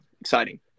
exciting